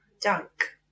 dunk